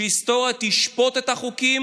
ההיסטוריה תשפוט את החוקים